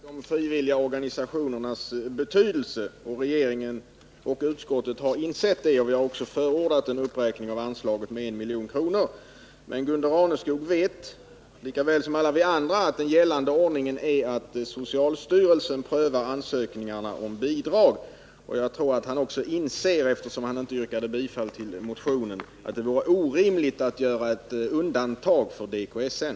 Herr talman! Vi är överens om de frivilliga organisationernas betydelse, vilket regeringen och utskottet har insett. Vi har också förordat en uppräkning av anslaget med 1 milj.kr. Men Gunde Raneskog vet lika väl som alla vi andra att gällande ordning är den att socialstyrelsen prövar ansökningarna om bidrag. Eftersom han inte yrkade bifall till motionen tror jag också att han inser att det vore orimligt att göra ett undantag för DKSN.